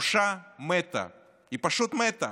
הבושה מתה, היא פשוט מתה.